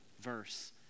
verse